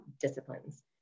disciplines